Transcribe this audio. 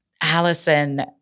Allison